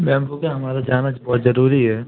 ma'am वो क्या हमारा जाना तो बहुत ज़रूरी है